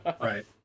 Right